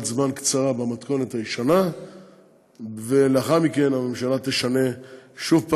זמן קצרה במתכונת הישנה ולאחר מכן הממשלה תשנה שוב,